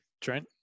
Trent